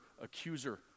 accuser